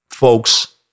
folks